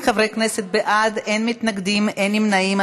20 חברי כנסת בעד, אין מתנגדים, אין נמנעים.